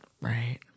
Right